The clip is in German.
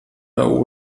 der